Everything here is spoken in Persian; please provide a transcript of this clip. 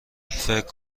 فکر